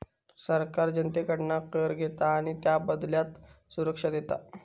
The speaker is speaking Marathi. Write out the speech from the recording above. सरकार जनतेकडना कर घेता आणि त्याबदल्यात सुरक्षा देता